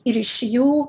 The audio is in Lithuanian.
ir iš jų